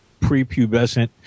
prepubescent